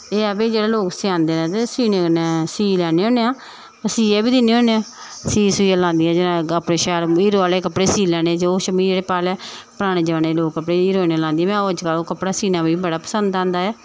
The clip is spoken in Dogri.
एह् ऐ भाई जेह्ड़े लोग सेआंदे न ते सीने कन्नै सी लैन्ने होन्ने आं सियै बी दिन्ने होने आं सियै सियै लांदियां अपने शैल हीरो आह्ले कपड़े सी लैने जो किश पाई लेआ पराने जमान्ने लोक कपड़े हीरोइनां लांदियां हां अज्जकल कपड़ा सीना मिगी बड़ा पसंद आंदा ऐ